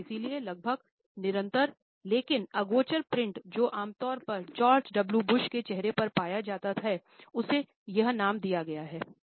और इसलिए लगभग निरंतर लेकिन अगोचर प्रिंट जो आमतौर पर जॉर्ज डब्ल्यू बुश के चेहरे पर पाया जाता था उसे यह नाम दिया गया है